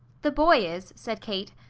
the boy is, said kate.